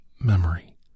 memory